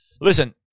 Listen